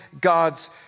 God's